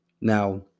Now